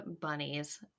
bunnies